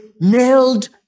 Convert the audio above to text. nailed